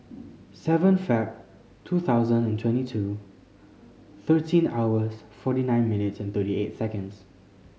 seven Feb two thousand and twenty two thirteen hours forty nine minutes and thirty eight seconds